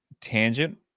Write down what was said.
tangent